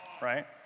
right